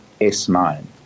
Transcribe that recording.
S9